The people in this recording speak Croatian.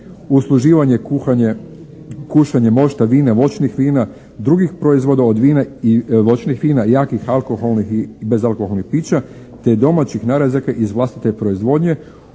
usluživanje, kuhanje, kušanje mošta, vina, voćnih vina, drugih proizvoda od vina i voćnih vina, jakih alkoholnih i bezalkoholnih pića te domaćih narezaka iz vlastite proizvodnje